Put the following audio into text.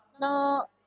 no